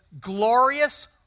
glorious